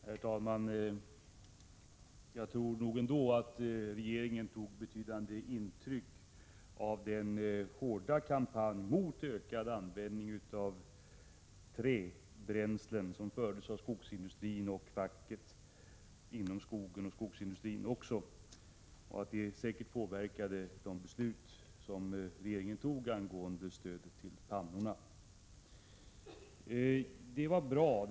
Herr talman! Jag tror att regeringen tog betydande intryck av den hårda kampanj mot ökad användning av trädbränslen som fördes av skogsindustrin och facken inom skogen och skogsindustrin och att det säkert påverkade de beslut som regeringen fattade angående stöd till uppförande av fastbränslepannor.